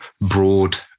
broad